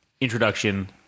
introduction